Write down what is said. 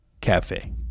Cafe